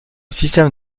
système